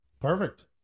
Perfect